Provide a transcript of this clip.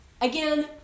again